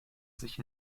sich